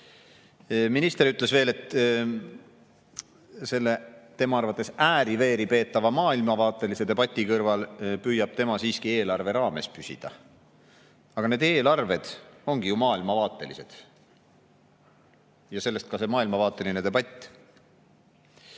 Minister ütles veel, et selle tema arvates ääri-veeri peetava maailmavaatelise debati kõrval püüab tema siiski eelarve raames püsida. Aga need eelarved ongi ju maailmavaatelised ja sellest ka see maailmavaateline debatt.